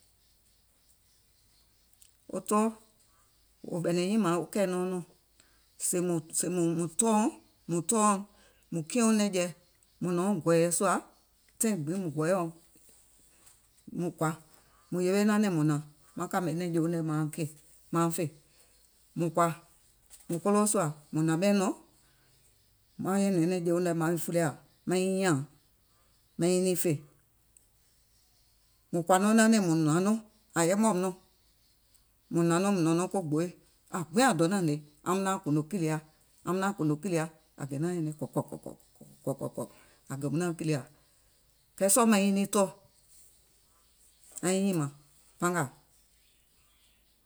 Wo tɔɔ ɓɛ̀nɛ̀ŋ nyìmàŋ kɛ̀ɛ̀nɛuŋ nɔɔ̀ŋ sèè mùŋ sèè mùŋ tɔɔ̀uŋ, mùŋ tɔɔ̀uŋ, mùŋ kiɛ̀uŋ nɛ̀ŋjeɛ̀, mùŋ nɔ̀ɔŋ gɔ̀ɔ̀yɛ̀ sùà, mùŋ nɔ̀ɔŋ gɔ̀ɔ̀yɛ̀ sùà, taìŋ gbiŋ mùŋ gɔɔyɛ̀uŋ, mùŋ yewe nɛnɛ̀ŋ mùŋ hnàŋ maŋ kàmè nɛ̀ŋjeuŋ nɛ̀ mauŋ fè, mauŋ fè. Mùŋ kɔ̀à mùŋ koloo sùà mùŋ hnàŋ ɓɛìŋ nɔŋ, maŋ nyɛ̀nɛ̀ŋ nɛ̀ŋjeuŋ nɛ̀ maiŋ fulià maŋ nyiŋ nyààŋ maŋ nyiŋ fè. Mùŋ kɔ̀à nɔŋ nɛnɛ̀ŋ mùŋ hnàŋ nɔŋ, àŋ yɛmɛ̀ùm nɔŋ, àŋ yɛmɛ̀ùm nɔŋ, mùŋ hnàŋ nɔŋ, àŋ yɛmɛ̀ùm nɔŋ, mùŋ hnàŋ nɔŋ mùŋ nɔ̀ŋ nɔŋ ko gbooì, aŋ gbiŋ donȧŋ hnè aum naàŋ kùùnò kìlia, aum naàŋ kùùnò kìlia, àŋ gè nyɛ̀nɛŋ kɔ̀ kɔ̀ kɔ̀ɔ̀, kɔ̀ kɔ̀ kɔ̀, àŋ gèùm naàŋ kìlia, kɛɛ sɔɔ̀ maŋ nyiŋ tɔɔ̀ aiŋ nyìmàŋ pangàà.